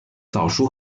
早熟